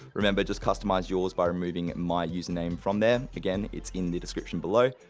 remember just customise yours by removing my username from there. again, it's in the description below.